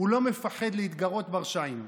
לא מפחד להתגרות ברשעים.